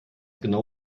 genau